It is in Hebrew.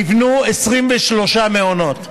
נבנו 23 מעונות,